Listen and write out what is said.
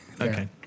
Okay